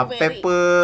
pepper